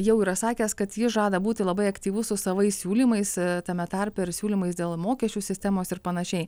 jau yra sakęs kad jis žada būti labai aktyvus su savais siūlymais tame tarpe ir siūlymais dėl mokesčių sistemos ir panašiai